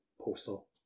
Postal